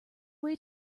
way